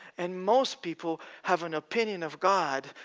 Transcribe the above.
and most people have an opinion of god,